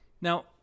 Now